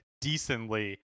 decently